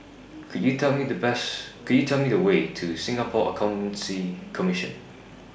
Could YOU Tell Me The Bus Could YOU Tell Me The Way to Singapore Accountancy Commission